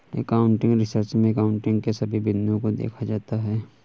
accounting research में accounting के सभी बिंदुओं को देखा जाता है